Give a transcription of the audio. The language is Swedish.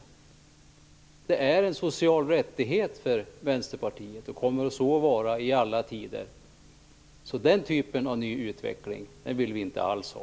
Bostaden är en social rättighet för Vänsterpartiet, och kommer så att vara i alla tider. Den typen av utveckling vill vi inte alls ha.